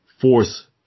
force